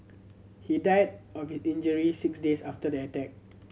he died of his injury six days after the attack